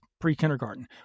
pre-kindergarten